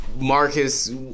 Marcus